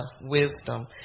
wisdom